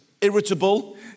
irritable